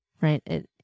right